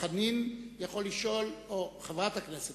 יכולים לשאול חברת הכנסת